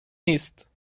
نیست